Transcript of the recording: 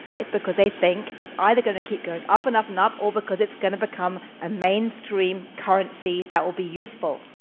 because they think it's either going to keep going up, and up, and up, or because it's going to become a mainstream currency that will be useful.